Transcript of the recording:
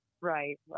right